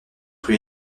rue